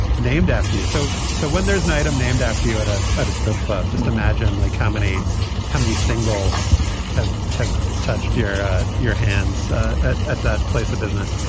named after you. you. so so when there's an item named after you at a at a strip club, just imagine like how many how many singles have have touched your at your hands at at that place of business.